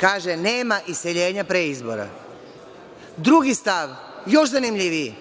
Kaže, nema iseljenja pre izbora? Drugi stav, još zanimljiviji,